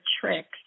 tricks